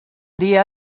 dia